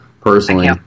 personally